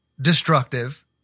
destructive